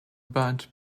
burnt